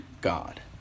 God